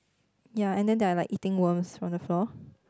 ya and then they are like eating worms from the floor